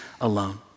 alone